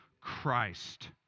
Christ